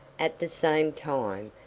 at the same time,